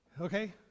okay